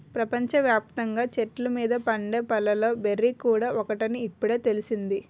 ప్రపంచ వ్యాప్తంగా చెట్ల మీద పండే పళ్ళలో బెర్రీ కూడా ఒకటని ఇప్పుడే తెలిసింది